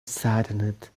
saddened